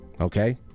Okay